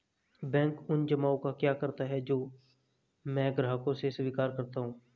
Bank उन जमाव का क्या करता है जो मैं ग्राहकों से स्वीकार करता हूँ?